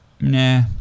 nah